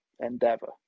endeavor